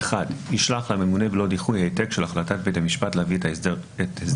ישלח לממונה בלא דיחוי העתק של החלטות בית המשפט להביא או הסדר